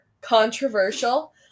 controversial